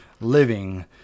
living